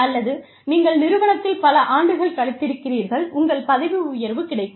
அல்லது நீங்கள் நிறுவனத்தில் பல ஆண்டுகள் கழித்திருக்கிறீர்கள் உங்கள் பதவி உயர்வு கிடைக்கும்